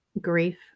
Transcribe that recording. grief